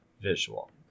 visual